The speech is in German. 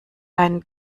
deinen